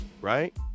Right